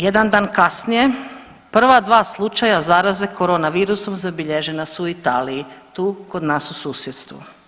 Jedan dan kasnije prva dva slučaja zaraze koronavirusom zabilježena su u Italiji, tu kod nas u susjedstvu.